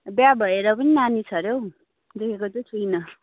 बिहे भएर पनि नानी छ अरे हौ देखेको चाहिँ छुइनँ